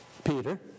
Peter